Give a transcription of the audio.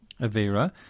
Avera